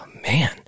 man